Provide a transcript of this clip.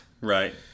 right